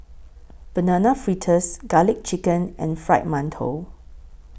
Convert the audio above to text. Banana Fritters Garlic Chicken and Fried mantou